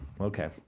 Okay